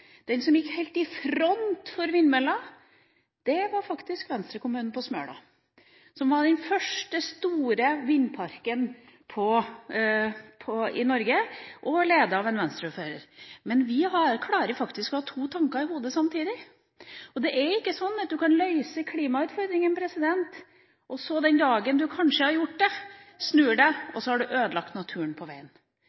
front for vindmøller, var faktisk Venstre-kommunen Smøla. Den hadde den første store vindparken i Norge og var ledet av en Venstre-ordfører. Men vi klarer faktisk å ha to tanker i hodet samtidig. Det er ikke sånn at du kan løse klimautfordringene og så den dagen du kanskje har gjort det, snur det,